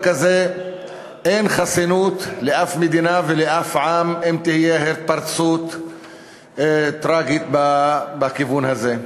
אין חסינות לאף מדינה ולאף עם אם תהיה התפרצות טרגית בכיוון הזה.